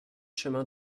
chemin